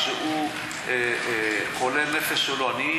שהוא חולה נפש או לא,